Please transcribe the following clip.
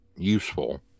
useful